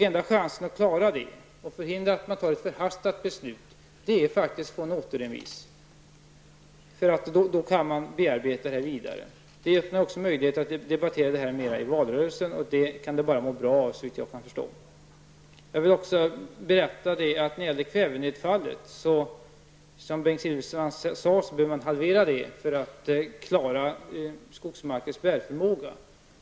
Enda chansen att göra det och förhindra att man fattar ett förhastat beslut är faktiskt att få till stånd en återremiss -- då kan man bearbeta det vidare. Det ger också möjligheter att debattera frågan mer i valrörelsen, och det kan den såvitt jag förstår bara må bra av. Som Bengt Silfverstrand sade behöver man halvera kvävenedfallet för att klara skogsmarkens bärförmåga.